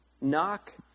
knock